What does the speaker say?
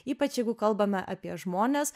ypač jeigu kalbame apie žmones